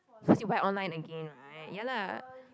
so you went online again right ya lah